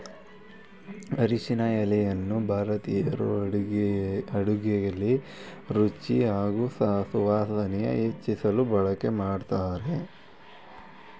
ಅರಿಶಿನ ಎಲೆಯನ್ನು ಭಾರತೀಯರು ಅಡುಗೆಲಿ ರುಚಿ ಹಾಗೂ ಸುವಾಸನೆ ಹೆಚ್ಚಿಸಲು ಬಳಕೆ ಮಾಡ್ತಾರೆ